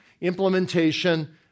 implementation